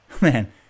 man